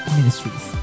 Ministries